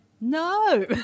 no